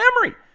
memory